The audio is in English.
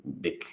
big